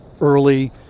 early